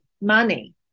money